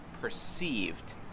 perceived